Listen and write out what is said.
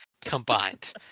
combined